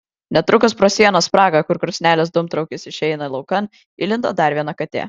netrukus pro sienos spragą kur krosnelės dūmtraukis išeina laukan įlindo dar viena katė